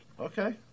Okay